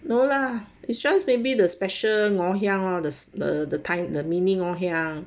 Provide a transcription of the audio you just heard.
no lah it's just maybe the special ngoh hiang lor the tie the mini ngoh hiang